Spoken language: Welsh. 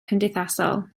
cymdeithasol